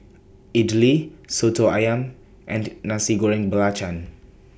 Idly Soto Ayam and Nasi Goreng Belacan